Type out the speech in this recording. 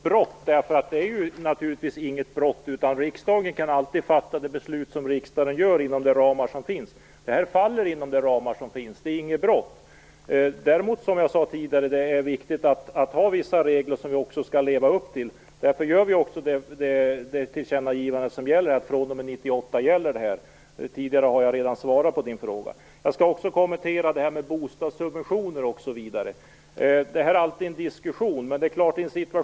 Herr talman! Jag ser det inte som ett brott. Det är inget brott. Riksdagen kan alltid fatta det beslut som riksdagen vill inom de ramar som finns. Detta faller inom de ramar som finns. Det är inget brott. Som jag sade tidigare är det däremot viktigt att ha vissa regler som vi skall leva upp till. Därför gör vi också ett tillkännagivande att fr.o.m. 1998 gäller detta. Jag har redan tidigare svarat på frågan. Jag skall också kommentera detta med bostadssubventioner. Det är alltid en diskussion om detta.